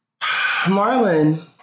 Marlon